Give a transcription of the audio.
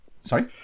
sorry